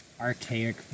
archaic